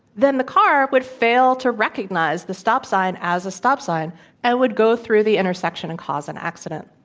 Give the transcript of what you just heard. then the car would fail to recognize the stop sign as a stop sign and would go through the intersection and cause an accident.